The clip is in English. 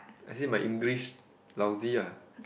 is it my English lousy ah